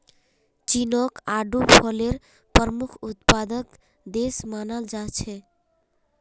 चीनक आडू फलेर प्रमुख उत्पादक देश मानाल जा छेक